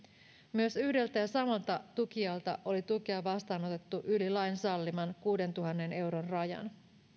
myös yhdeltä ja samalta tukijalta oli tukea vastaanotettu yli lain salliman kuudentuhannen euron rajan